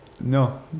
no